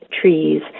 trees